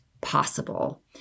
possible